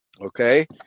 Okay